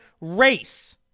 race